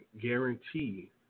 guarantee